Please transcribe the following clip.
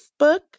Facebook